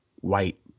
White